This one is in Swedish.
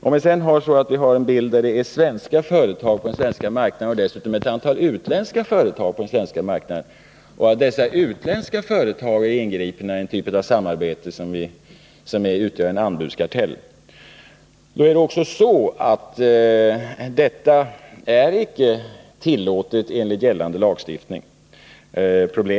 Om vi på den svenska marknaden har svenska företag och dessutom ett antal utländska företag på den marknaden och dessa utländska företag är inbegripna i en typ av samarbete som innebär utövande av anbudskartell, så är icke heller detta tillåtet enligt svensk lagstiftning.